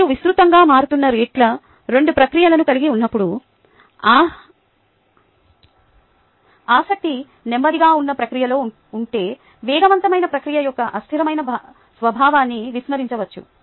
మీరు విస్తృతంగా మారుతున్న రేట్ల 2 ప్రక్రియలను కలిగి ఉన్నప్పుడు ఆసక్తి నెమ్మదిగా ఉన్న ప్రక్రియలో ఉంటే వేగవంతమైన ప్రక్రియ యొక్క అస్థిరమైన స్వభావాన్ని విస్మరించవచ్చు